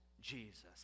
Jesus